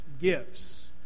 gifts